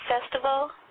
Festival